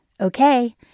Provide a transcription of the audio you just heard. Okay